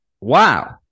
wow